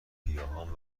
گیاهان